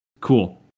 Cool